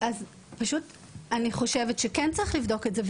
אני חושבת שכן צריך לבדוק את זה.